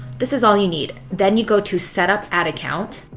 this is all you need. then you go to set up ad account.